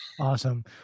awesome